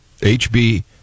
HB